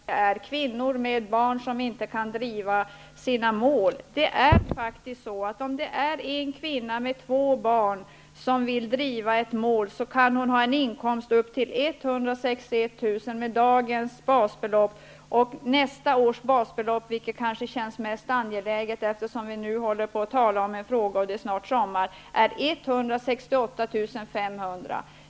Herr talman! Jag har hört siffran 12 000 kr. flera gånger samtidigt som man hänvisar till att det är kvinnor med barn som inte kan driva sina mål. Om en kvinna med två barn vill driva ett mål, kan hon ha inkomster upp till 161 000 kr. med dagens basbelopp och 168 500 kr. med nästa års basbelopp, vilket kanske känns mest angeläget, eftersom vi nu talar om denna fråga och det snart är sommar.